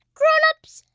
grown-ups,